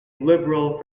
liberal